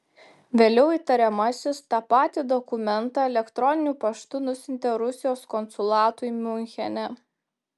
vėliau įtariamasis tą patį dokumentą elektroniniu paštu nusiuntė rusijos konsulatui miunchene